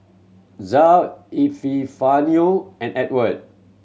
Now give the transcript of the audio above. Zoa Epifanio and Ewart